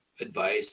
advice